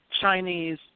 Chinese